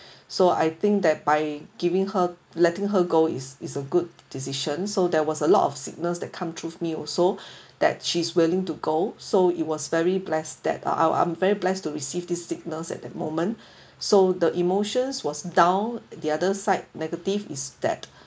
so I think that by giving her letting her go is is a good decision so there was a lot of signals that come through me also that she's willing to go so it was very blessed that I'm I'm very blessed to receive these signals at that moment so the emotion was down the other side negative is that